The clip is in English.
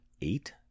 eight